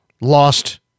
lost